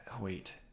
wait